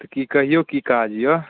तऽ की कहियौ की काज यए